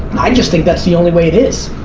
i just think that's the only way it is.